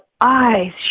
eyes